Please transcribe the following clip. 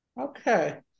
Okay